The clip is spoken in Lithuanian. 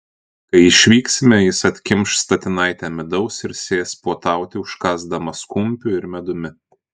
kai išvyksime jis atkimš statinaitę midaus ir sės puotauti užkąsdamas kumpiu ir medumi